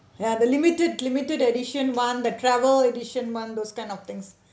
ya the limited limited edition month the travel edition month those kind of things